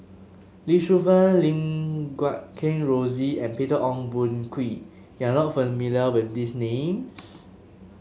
Lee Shu Fen Lim Guat Kheng Rosie and Peter Ong Boon Kwee you are not familiar with these names